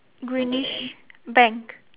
greenish bank